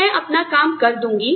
तो मैं अपना काम कम कर दूँगी